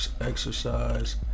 exercise